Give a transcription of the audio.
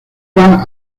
eva